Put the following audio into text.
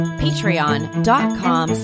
patreon.com